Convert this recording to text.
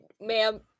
ma'am